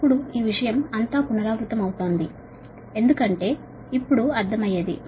ఇప్పుడు ఈ విషయం అంతా పునరావృతమవుతోంది ఎందుకంటే ఇప్పుడు అర్ధమవుతుంది